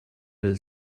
will